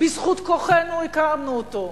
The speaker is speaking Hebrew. בזכות כוחנו הקמנו אותו,